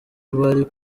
bari